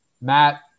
matt